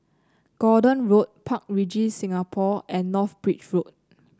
Gordon Road Park Regis Singapore and North Bridge Road